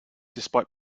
despite